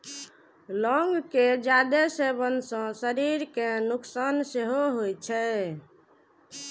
लौंग के जादे सेवन सं शरीर कें नुकसान सेहो होइ छै